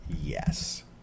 Yes